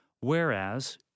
Whereas